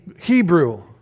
hebrew